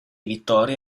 vittorie